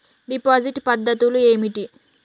Deposit పద్ధతులు ఏమిటి?